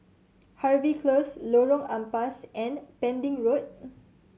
Harvey Close Lorong Ampas and Pending Road